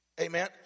Amen